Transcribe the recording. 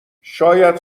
شاید